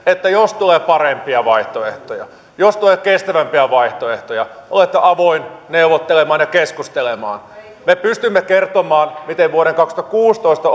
että jos tulee parempia vaihtoehtoja jos tulee kestävämpiä vaihtoehtoja olette avoin neuvottelemaan ja keskustelemaan me pystymme kertomaan miten vuoden kaksituhattakuusitoista